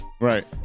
Right